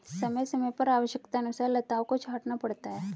समय समय पर आवश्यकतानुसार लताओं को छांटना पड़ता है